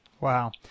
Wow